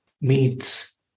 meets